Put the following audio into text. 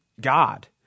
God